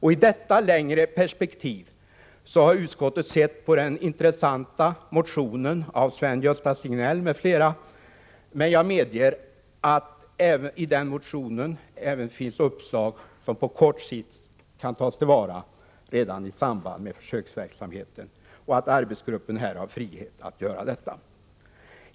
I detta längre perspektiv har utskottet sett på den intressanta motionen av Sven-Gösta Signell m.fl. Men jag medger att i motionen finns uppslag, som även på kort sikt kan tas till vara, redan i samband med försöksverksamheten. Arbetsgruppen har frihet att göra detta.